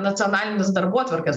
nacionalinės darbotvarkės